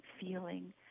feeling